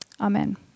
Amen